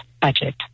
budget